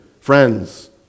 friends